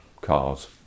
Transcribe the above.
cars